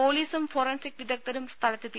പൊലീസും ഫോറൻസിക് വിദഗ്ധരും സ്ഥലത്തെത്തി